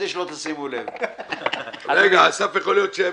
אילו הערות.